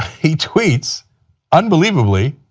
he tweets unbelievably,